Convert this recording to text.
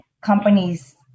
companies